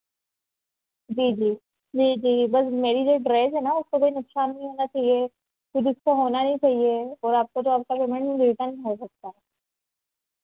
जी जी जी जी बस मेरी जो ड्रेस है ना उसको कोई नुकसान नहीं होना चाहिए कुछ उसको होना नहीं चाहिए और आपको तो आपका पेमेंट रिटर्न हो सकता है